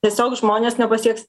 tiesiog žmonės nepasieks